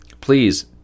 please